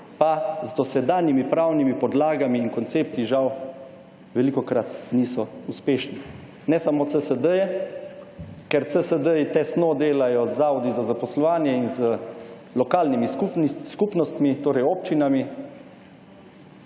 pa z dosedanjimi pravnimi podlagami in koncepti žal velikokrat niso uspešni. Ne samo CSD-je, ker CSD-ji tesno delajo z zavodi za zaposlovanje in z lokalnimi skupnostmi, torej občinami.